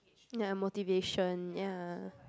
ya motivation ya